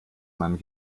man